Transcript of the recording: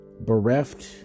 bereft